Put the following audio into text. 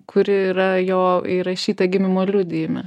kur yra jo įrašyta gimimo liudijime